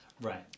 Right